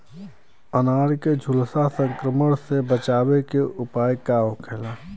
अनार के झुलसा संक्रमण से बचावे के उपाय का होखेला?